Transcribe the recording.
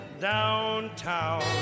Downtown